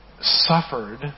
suffered